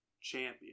Champion